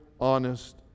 honest